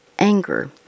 Anger